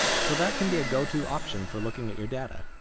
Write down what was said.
so that can be a go-to option for looking at your data.